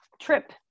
trip